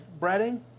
breading